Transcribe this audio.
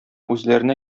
үзләренә